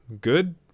good